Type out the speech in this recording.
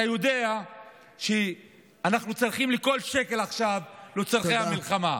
אתה יודע שאנחנו צריכים כל שקל עכשיו לצורכי המלחמה.